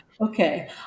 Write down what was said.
Okay